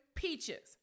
peaches